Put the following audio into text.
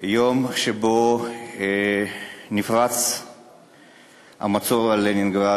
היום שבו נפרץ המצור על לנינגרד,